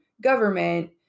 government